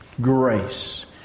grace